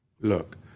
Look